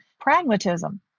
pragmatism